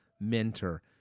mentor